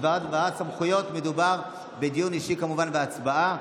בדבר העברת סמכויות מדובר בדיון אישי כמובן והצבעה.